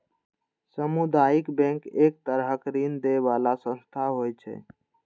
सामुदायिक बैंक एक तरहक ऋण दै बला संस्था होइ छै